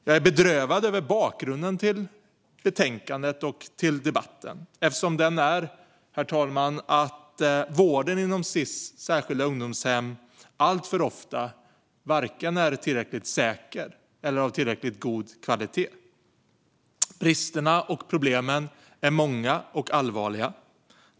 Jag är bedrövad över bakgrunden till betänkandet och debatten, nämligen att vården inom Sis särskilda ungdomshem alltför ofta är varken tillräckligt säker eller av tillräckligt god kvalitet. Bristerna och problemen är många och allvarliga.